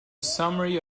summary